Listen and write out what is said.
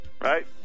right